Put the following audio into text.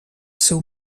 seu